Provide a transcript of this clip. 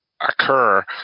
occur